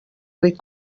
ric